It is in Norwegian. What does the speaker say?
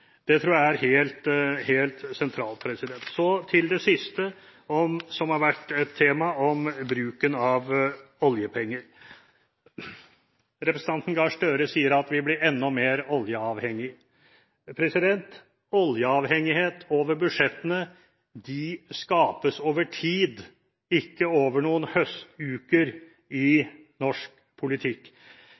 Det tror jeg er helt sentralt. Så til det siste som har vært et tema, om bruken av oljepenger. Representanten Gahr Støre sier at vi blir enda mer oljeavhengig. Oljeavhengighet over budsjettene skapes over tid, ikke over noen høstuker i norsk politikk.